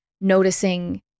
noticing